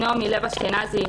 נעמי לוי אשכנזי,